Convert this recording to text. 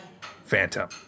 Phantom